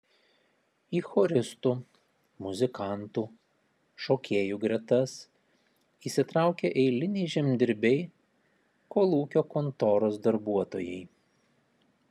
į choristų muzikantų šokėjų gretas įsitraukė eiliniai žemdirbiai kolūkio kontoros darbuotojai